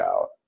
out